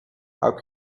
how